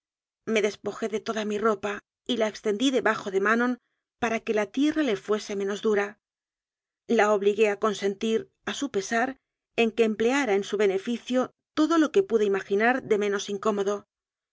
des pojé de toda mi ropa y la extendí debajo de ma non para que la tierra le fuese menos dura la obligué a consentir a su pesar en que empleara en su beneficio todo lo que pude imaginar de me nos incómodo